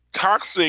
Toxic